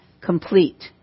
complete